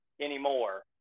anymore